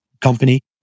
company